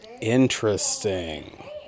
Interesting